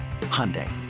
hyundai